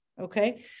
Okay